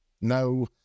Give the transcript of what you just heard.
no